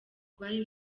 rwari